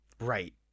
Right